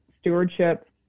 stewardship